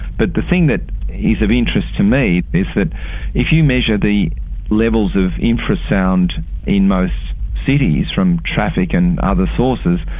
but the thing that is of interest to me is that if you measure the levels of infrasound in most cities from traffic and other sources,